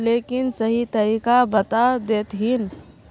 लेकिन सही तरीका बता देतहिन?